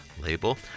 label